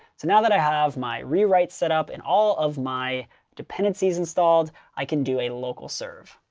so now that i have my rewrite set up and all of my dependencies installed, i can do a local serve.